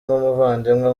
nk’umuvandimwe